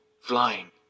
flying